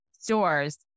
stores